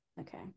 Okay